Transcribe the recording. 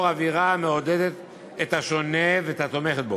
אווירה המעודדת את השונה והתומכת בו.